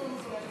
יפה.